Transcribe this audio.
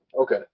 Okay